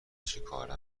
چیکاره